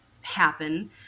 happen